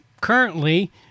currently